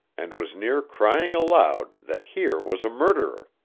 and was near crying aloud that here was a murderer.